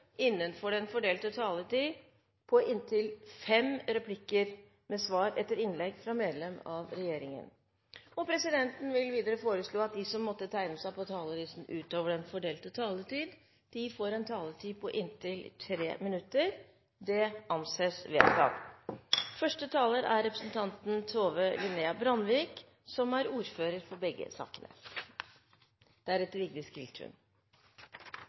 innenfor den fordelte taletid. Videre blir det foreslått at de som måtte tegne seg på talerlisten utover den fordelte taletid, får en taletid på inntil 3 minutter. – Det anses vedtatt. Dette er en merkedag. Det er en stor glede for meg å framlegge komiteens behandling av sakene